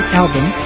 album